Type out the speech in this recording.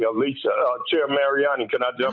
ah lisa to marry on and tonight. yeah